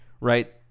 right